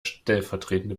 stellvertretende